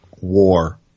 war